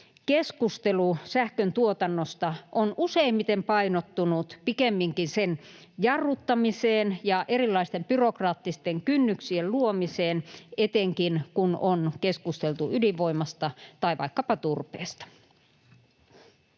keskustelu sähköntuotannosta on useimmiten painottunut pikemminkin sen jarruttamiseen ja erilaisten byrokraattisten kynnyksien luomiseen, etenkin kun on keskusteltu ydinvoimasta tai vaikkapa turpeesta.